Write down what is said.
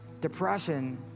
depression